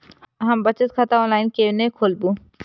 हम बचत खाता ऑनलाइन केना खोलैब?